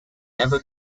never